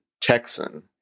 Texan